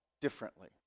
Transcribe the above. differently